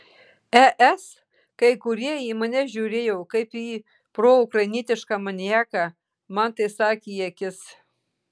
es kai kurie į mane žiūrėjo kaip ir proukrainietišką maniaką man tai sakė į akis